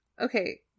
Okay